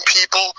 people